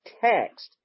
text